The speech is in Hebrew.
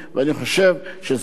אמרתי בפתיחת דברי,